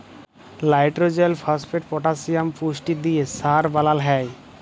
লাইট্রজেল, phosphate, potassium পুষ্টি দিঁয়ে সার বালাল হ্যয়